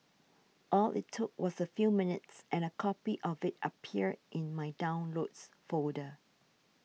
all it took was a few minutes and a copy of it appeared in my Downloads folder